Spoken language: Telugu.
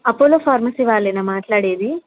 అపోలో ఫార్మసీ వాళ్లేనా మాట్లాడేది